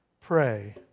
pray